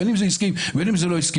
בין אם זה עסקי לבין אם זה לא עסקי.